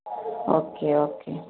okay okay